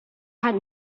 had